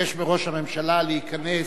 אבקש מראש הממשלה להיכנס,